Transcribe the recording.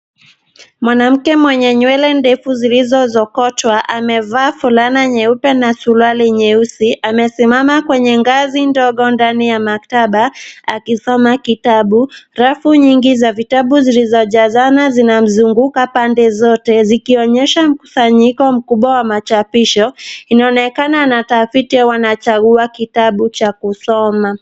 Mwanamke mwenye nywele ndefu zilizosokotwa amevaa fulana nyeupe na suruali nyeusi, amesimama kwenye ngazi ndogo ndani ya maktaba akisoma kitabu, rafu nyingi za vitabu zilizojazana zinamzunguka pande zote zikionyesha mkusanyiko mkubwa wa machapisho. inaonekana anatafiti ama anachagua kitabu cha kusoma.